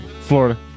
Florida